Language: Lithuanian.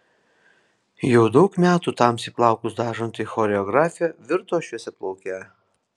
jau daug metų tamsiai plaukus dažanti choreografė virto šviesiaplauke